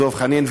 דב חנין,